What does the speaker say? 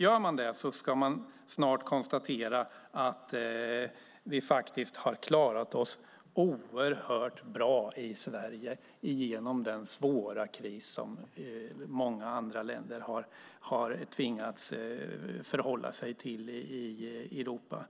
Gör man det kan man snart konstatera att vi har klarat oss oerhört bra i Sverige genom den svåra kris som många andra länder har tvingats förhålla sig till i Europa.